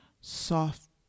soft